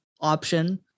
option